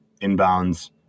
inbounds